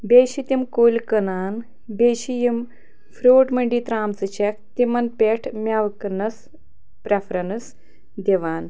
بیٚیہِ چھِ تِم کُلۍ کٕنان بیٚیہِ چھِ یِم فرٛوٗٹ مٔنڈی ترٛامژٕ چھَکھ تِمَن پٮ۪ٹھ مٮ۪وٕ کٕنٛنَس پرٛٮ۪فرٮ۪نٕس دِوان